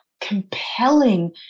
compelling